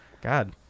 God